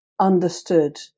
understood